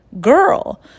Girl